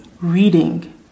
reading